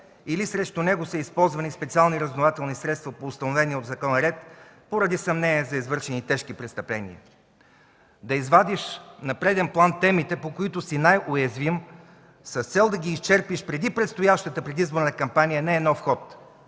или срещу него са използвани специални разузнавателни средства по установения от закона ред поради съмнения за извършени тежки престъпления. Да извадиш на преден план темите, по които си най-уязвим, с цел да ги изчерпиш преди предстоящата предизборна кампания, не е нов ход,